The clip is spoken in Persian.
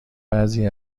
بعضی